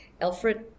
Alfred